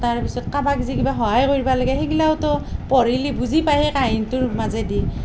তাৰ পিছত কাৰবাক যি কিবা সহায় কৰিবা লাগে সেইগিলাগতো পঢ়িলি বুজি পাই সেই কাহিনীটোৰ মাজেদি